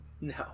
No